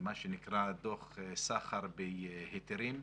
מה שנקרא "דוח סחר בהיתרים",